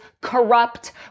corrupt